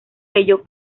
ello